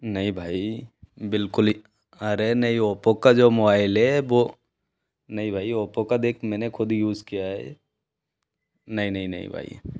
नहीं भाई बिल्कुल एक अरे नहीं ओप्पो का जो मोआइल है वो नहीं भाई ओप्पो का देख मैंने ख़ुद यूज़ किया है नहीं नहीं नहीं भाई